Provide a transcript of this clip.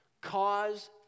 cause